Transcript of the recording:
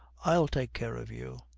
i'll take care of you.